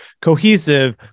cohesive